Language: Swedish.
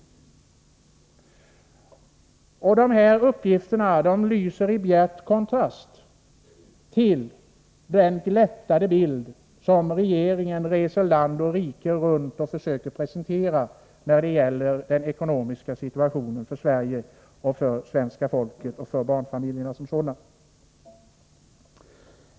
De här uppgifterna står i bjärt kontrast till den glättade bild som regeringen försöker ge. Man reser nämligen land och rike runt och försöker presentera detta när det gäller den ekonomiska situationen för Sverige, för det svenska folket och för barnfamiljerna.